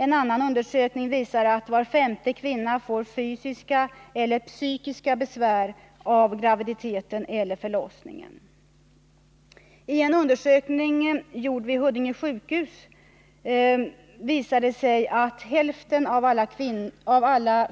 En annan undersökning visar att var femte kvinna får psykiska eller fysiska besvär av graviditeten eller förlossningen. I en undersökning gjord vid Huddinge sjukhus visar det sig att vid hälften av alla